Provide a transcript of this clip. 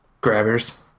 Grabbers